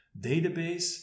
database